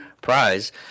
prize